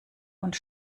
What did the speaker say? und